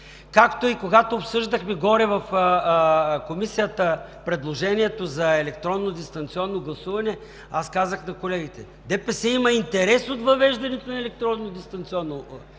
Както и когато обсъждахме в Комисията предложението за електронно дистанционно гласуване, аз казах на колегите: ДПС има интерес от въвеждането на електронно дистанционно гласуване.